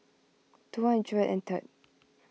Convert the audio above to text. two hundred and third